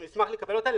נשמח לקבל אותה.